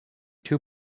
too